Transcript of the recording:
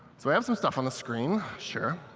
so i have some stuff on the screen, sure.